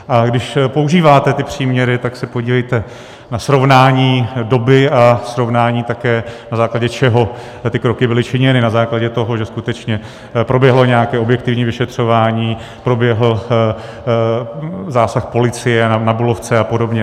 A když používáte ty příměry, tak se podívejte na srovnání doby a také na srovnání, na základě čeho ty kroky byly činěny, na základě toho, že skutečně proběhlo nějaké objektivní vyšetřování, proběhl zásah policie na Bulovce a podobně.